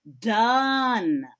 done